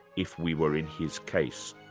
if we were in his case.